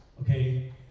okay